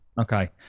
Okay